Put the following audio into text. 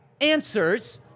answers